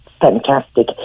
fantastic